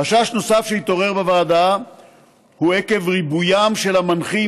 חשש נוסף שהתעורר בוועדה הוא מריבוי המנחים